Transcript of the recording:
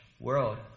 world